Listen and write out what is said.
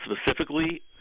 specifically